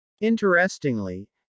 Interestingly